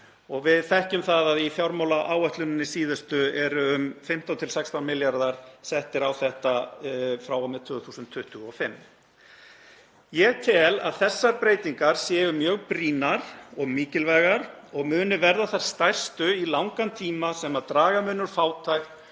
Við þekkjum það að í fjármálaáætluninni síðustu eru um 15–16 milljarðar settir í þetta frá og með 2025. Ég tel að þessar breytingar séu mjög brýnar og mikilvægar og muni verða þær stærstu í langan tíma sem draga úr fátækt